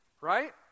Right